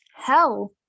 Hell